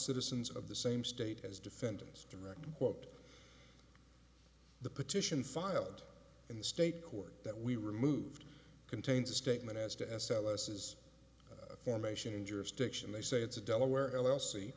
citizens of the same state as defendants direct quote the petition filed in the state court that we removed contains a statement as to s l s is formation in jurisdiction they say it's a delaware